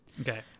Okay